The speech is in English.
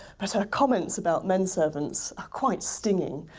but her comments about men servants are quite stinging.